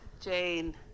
Jane